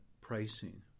pricing